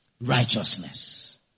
righteousness